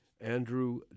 Andrew